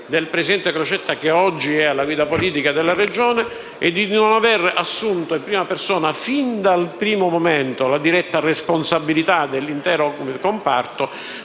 del presidente Crocetta, che oggi è alla guida politica della Regione, è di non aver assunto in prima persona, fin dal primo momento, la diretta responsabilità dell'intero comparto,